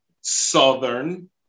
Southern